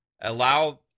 allow